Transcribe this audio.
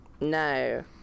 no